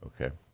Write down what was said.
Okay